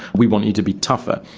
we want you to be tougher'.